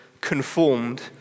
conformed